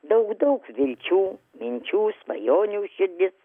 daug daug vilčių minčių svajonių širdis